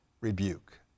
rebuke